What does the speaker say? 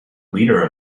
leader